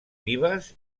vives